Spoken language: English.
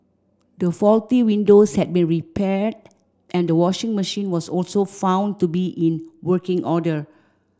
the faulty windows had been repaired and the washing machine was also found to be in working order